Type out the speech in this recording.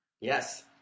Yes